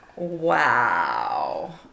Wow